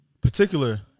particular